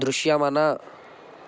దృశ్యమాన